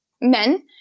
men